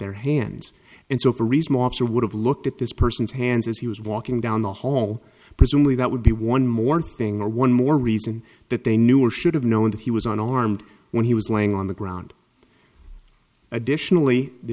their hands and so for a reason officer would have looked at this person's hands as he was walking down the hall presumably that would be one more thing or one more reason that they knew or should have known that he was unarmed when he was laying on the ground additionally the